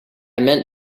meant